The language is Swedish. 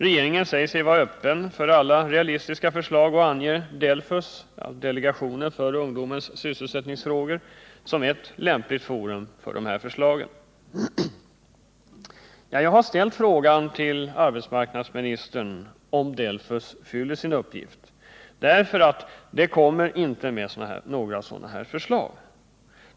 Regeringen säger sig vara öppen för alla realistiska förslag och anger DELFUS, delegationen för ungdomens sysselsättningsfrågor, som ett lämpligt forum för dessa förslag. Jag har ställt frågan till arbetsmarknadsministern om DELFUS fyller sin uppgift därför att DELFUS inte kommer med några sådana här förslag.